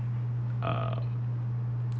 uh